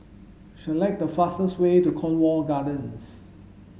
select the fastest way to Cornwall Gardens